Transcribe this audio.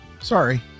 sorry